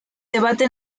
debate